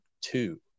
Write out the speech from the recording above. two